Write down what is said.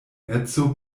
edzo